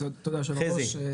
תודה היושב ראש.